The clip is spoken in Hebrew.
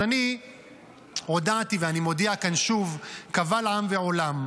אז אני הודעתי, ואני מודיע כאן שוב, קבל עם ועולם: